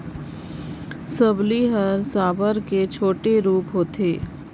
सबली हर साबर कर छोटे रूप हवे